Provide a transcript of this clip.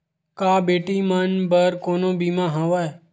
का बेटी मन बर कोनो बीमा हवय?